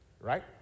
right